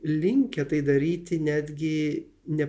linkę tai daryti netgi ne